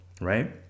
right